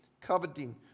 coveting